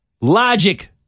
Logic